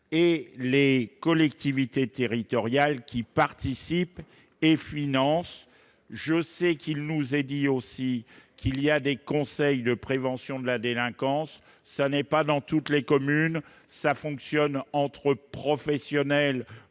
et les collectivités territoriales qui participent et finance, je sais qu'il nous a dit aussi qu'il y a des conseils de prévention de la délinquance, ça n'est pas dans toutes les communes, ça fonctionne entre professionnels